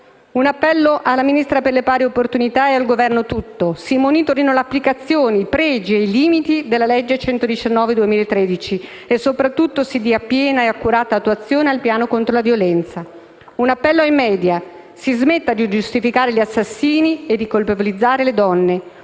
Un appello alla Ministro per le pari opportunità e al Governo tutto: si monitorino l'applicazione, i pregi e i limiti della legge n. 119 del 2013 e soprattutto si dia piena e accurata attuazione al piano contro la violenza. Un appello ai *media*: si smetta di giustificare gli assassini e di colpevolizzare le donne.